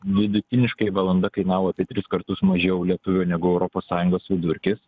vidutiniškai valanda kainavo apie tris kartus mažiau lietuviui negu europos sąjungos vidurkis